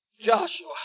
Joshua